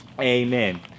Amen